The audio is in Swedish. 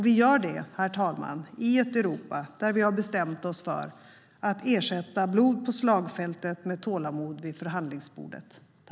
Vi gör det, herr talman, i ett Europa där vi har bestämt oss för att ersätta blod på slagfältet med tålamod vid förhandlingsbordet.